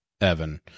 Evan